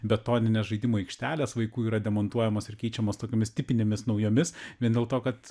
betoninės žaidimų aikštelės vaikų yra demontuojamos ir keičiamos tokiomis tipinėmis naujomis vien dėl to kad